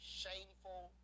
shameful